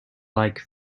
like